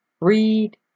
read